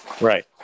Right